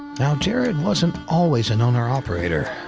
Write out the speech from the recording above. now, jared wasn't always an owner-operator